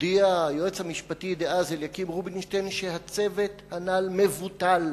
הודיע היועץ המשפטי דאז אליקים רובינשטיין שהצוות הנ"ל מבוטל,